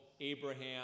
Abraham